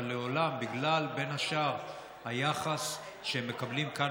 אבל בין השאר בגלל היחס שהם מקבלים כאן